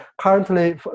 Currently